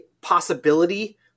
possibility